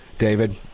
David